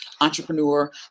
entrepreneur